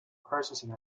processing